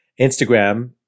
Instagram